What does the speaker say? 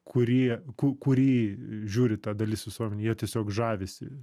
kurį ku kurį žiūri ta dalis visuomenėjjie tiesiog žavisi